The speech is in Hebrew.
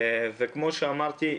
כמו שאמרתי,